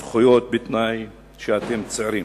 זכויות בתנאי שאתם צעירים,